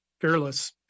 fearless